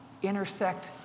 intersect